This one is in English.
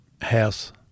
house